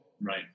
Right